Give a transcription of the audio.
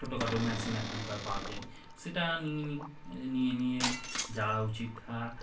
ছোটোখাটো মেশিন এখনকার পাওয়া যায় সেটা নিয়ে নিয়ে নিয়ে নিয়ে যাওয়া উচিত